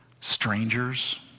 strangers